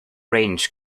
range